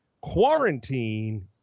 Quarantine